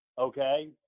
Okay